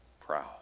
proud